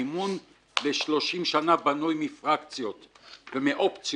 המימון ל-30 שנה בנוי מפרקציות ומאופציות,